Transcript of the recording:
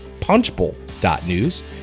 punchbowl.news